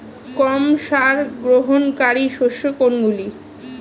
কম সার গ্রহণকারী শস্য কোনগুলি?